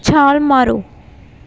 ਛਾਲ ਮਾਰੋ